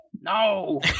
no